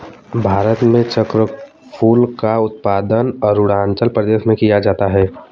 भारत में चक्रफूल का उत्पादन अरूणाचल प्रदेश में किया जाता है